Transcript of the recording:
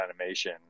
animation